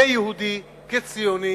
כיהודי, כציוני